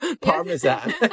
parmesan